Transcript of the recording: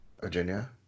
Virginia